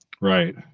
Right